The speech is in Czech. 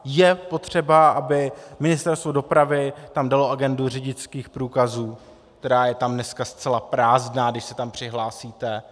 Je potřeba, aby tam Ministerstvo dopravy dalo agendu řidičských průkazů, která je tam dneska zcela prázdná, když se tam přihlásíte.